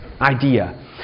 idea